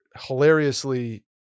hilariously